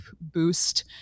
boost